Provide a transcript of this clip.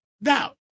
now